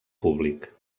públic